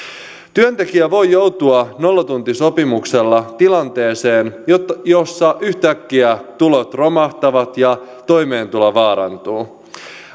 työntekijä voi joutua nollatuntisopimuksella tilanteeseen jossa yhtäkkiä tulot romahtavat ja toimeentulo vaarantuu